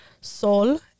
sol